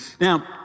Now